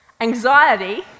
anxiety